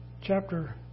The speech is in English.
chapter